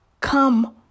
Come